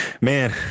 man